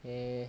eh